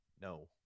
No